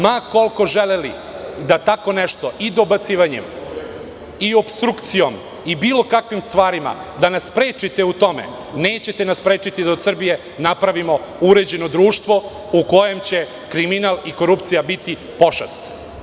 Ma koliko želeli da tako nešto i dobacivanjem i opstrukcijom i bilo kakvim stvarima da nas sprečite u tome, nećete nas sprečiti da od Srbije napravimo uređeno društvo u kojem će kriminal i korupcija biti pošast.